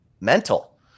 mental